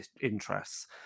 interests